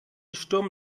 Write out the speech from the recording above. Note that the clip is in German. sturm